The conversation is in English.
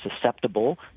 susceptible